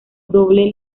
doble